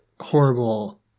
horrible